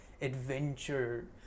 adventure